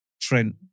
Trent